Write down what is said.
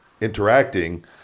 interacting